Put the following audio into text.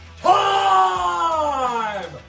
time